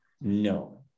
no